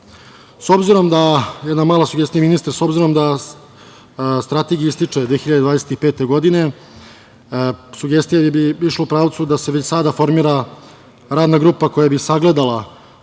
s obzorom da Strategija ističe 2025. godine, sugestija bi išla u pravcu da se već sada formira radna grupa koja bi sagledala